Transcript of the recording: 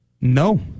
No